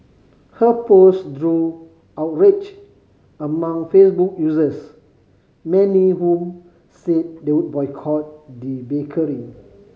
her post drew outrage among Facebook users many whom said they would boycott the bakery